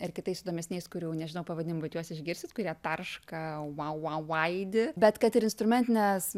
ir kitais įdomesniais kurių nežinau pavadinimų bet juos išgirsit kurie tarška vau vau aidi bet kad ir instrumentines